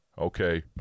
Okay